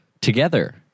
together